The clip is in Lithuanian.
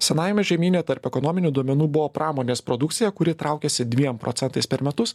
senajame žemyne tarp ekonominių duomenų buvo pramonės produkcija kuri traukiasi dviem procentais per metus